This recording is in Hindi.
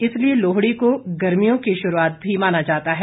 इसीलिए लोहड़ी को गर्मियों की शुरूआत भी माना जाता है